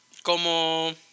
Como